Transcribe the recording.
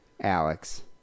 Alex